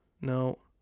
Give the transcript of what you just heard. No